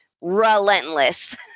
relentless